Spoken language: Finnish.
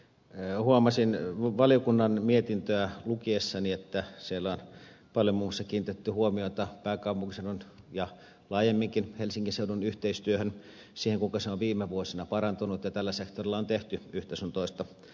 huomasin valiokunnan mietintöä lukiessani että siellä on paljon muun muassa kiinnitetty huomiota pääkaupunkiseudun ja laajemminkin helsingin seudun yhteistyöhön siihen kuinka se on viime vuosina parantunut ja kuinka tällä sektorilla on tehty yhtä sun toista